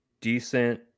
decent